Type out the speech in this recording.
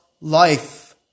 life